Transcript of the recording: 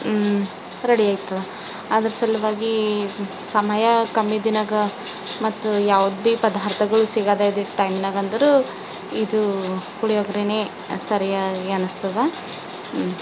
ready ಆಯಿತು ಅದರ ಸಲುವಾಗಿ ಸಮಯ ಕಮ್ಮಿ ಇದ್ದಿನಾಗ ಮತ್ತು ಯಾವ್ದು ಭೀ ಪದಾರ್ಥಗಳು ಸಿಗದೇ ಇದ್ದಿದ್ದ ಟೈಮ್ನಾಗಂದ್ರು ಇದು ಪುಳಿಯೋಗರೆನೇ ಸರಿಯಾಗಿ ಅನಿಸ್ತದ